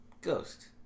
Ghost